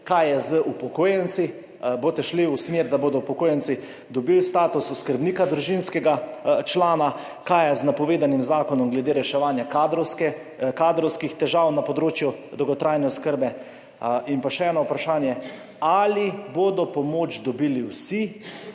Kaj je z upokojenci, boste šli v smer, da bodo upokojenci dobili status oskrbnika družinskega člana. Kaj je z napovedanim zakonom glede reševanja kadrovskih težav na področju dolgotrajne oskrbe? In pa še eno vprašanje. Ali bodo pomoč dobili vsi,